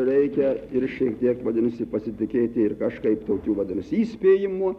reikia ir šiek tiek vadinasi pasitikėti ir kažkaip tokių vadinasi įspėjimu